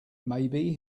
maybe